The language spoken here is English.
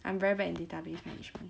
I am very bad in database management